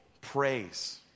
praise